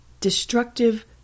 destructive